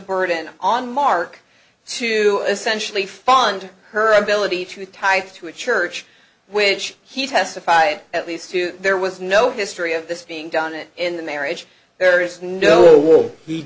burden on mark to essentially fund her ability to type to a church which he testified at least two there was no history of this being done it in the marriage there is no